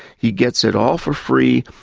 he gets it all for free.